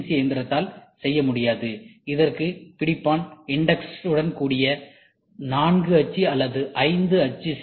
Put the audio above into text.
C இயந்திரத்தால் செய்ய முடியாது இதற்கு பிடிப்பான் இன்டெக்ஸ் உடன் கூடிய 4 அச்சு அல்லது 5 அச்சு சி